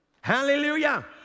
Hallelujah